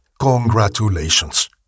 congratulations